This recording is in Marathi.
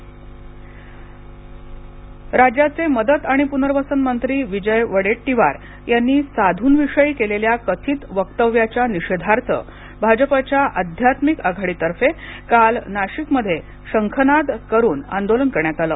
आंदोलन राज्याचे मदत आणि प्नर्वसन मंत्री विजय वडेट्टीवार यांनी साध्रंविषयी केलेल्या कथित वक्तव्याच्या निषेधार्थ भाजपाच्या आध्यात्मिक आघाडीतर्फे काल नाशिकमध्ये शंखनाद करून आंदोलन करण्यात आलं